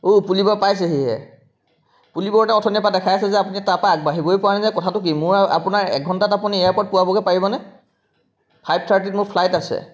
অঁ পুলিবৰ পাইছেহিহে পুলিবৰতে অথনিৰেপৰা দেখাই আছে যে আপুনি তাৰপৰা আগাঢ়িবই পৰা নাইনে কথাটো কি মোৰ আপোনাৰ এক ঘণ্টাত আপুনি এয়াৰপৰ্ট পোৱাবগৈ পাৰিবনে ফাইভ থাৰ্টিত মোৰ ফ্লাইট আছে